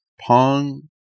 pong